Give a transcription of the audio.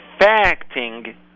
affecting